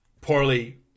poorly